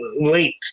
late